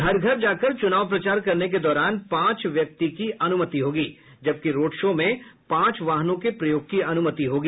घर घर जा कर चुनाव प्रचार करने के दौरान पांच व्यक्ति की अनुमति होगी जबकि रोड शो में पांच वाहनों के प्रयोग की अनुमति होगी